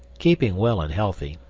keeping well and healthy,